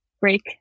break